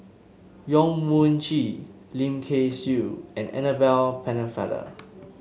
Yong Mun Chee Lim Kay Siu and Annabel Pennefather